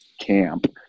camp